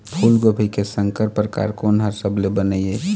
फूलगोभी के संकर परकार कोन हर सबले बने ये?